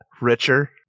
richer